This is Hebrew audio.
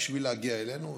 בשביל להגיע אלינו,